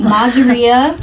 Maseria